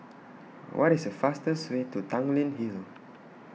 What IS The fastest Way to Tanglin Hill